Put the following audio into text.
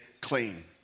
clean